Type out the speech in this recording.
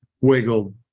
wiggled